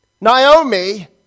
Naomi